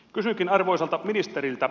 kysynkin arvoisalta ministeriltä